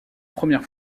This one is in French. première